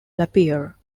lapierre